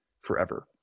forever